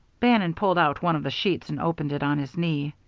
bannon pulled out one of the sheets and opened it on his knee.